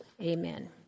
Amen